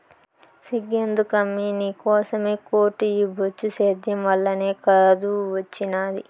సిగ్గెందుకమ్మీ నీకోసమే కోటు ఈ బొచ్చు సేద్యం వల్లనే కాదూ ఒచ్చినాది